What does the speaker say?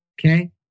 Okay